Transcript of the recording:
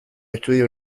estudios